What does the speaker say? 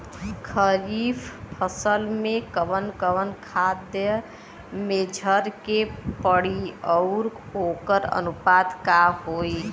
खरीफ फसल में कवन कवन खाद्य मेझर के पड़ी अउर वोकर अनुपात का होई?